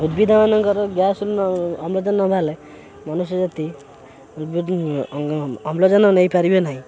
ଉଦ୍ଭିଦ ମାନଙ୍କର ଗ୍ୟାସ୍ ଅମ୍ଳଜାନ ନଭାରିଲେ ମନୁଷ୍ୟ ଜାତି ଅମ୍ଳଜାନ ନେଇପାରିବେ ନାହିଁ